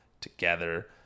together